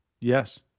Yes